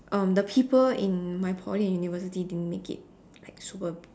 um the people in my Poly and university didn't make it like super